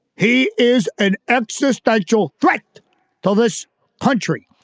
he is an existential threat to this country.